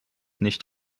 nicht